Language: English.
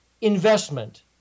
Investment